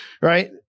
right